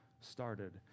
started